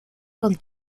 con